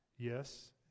Yes